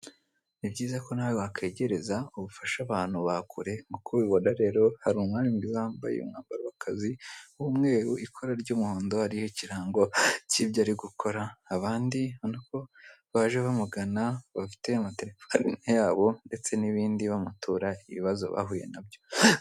Nibyiza ko nawe wakegereza ubufasha abantu bakure nk'uko ubibona rero hari umwari mwiza wambaye umwenda w'akazi w'umweru ikora ry'umuhondo ririho ikirango k'ibyo ari gukora. Abandi baje bamugana bafite amatelefone yabo ndetse n'ibindi bamutura ibibazo bahuye nabyo.